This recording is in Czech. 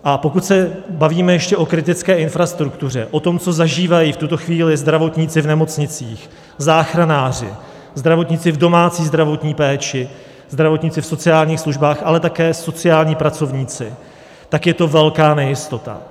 A pokud se bavíme ještě o kritické infrastruktuře, o tom, co zažívají v tuto chvíli zdravotníci v nemocnicích, záchranáři, zdravotníci v domácí zdravotní péči, zdravotníci v sociálních službách, ale také sociální pracovníci, tak je to velká nejistota.